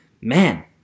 man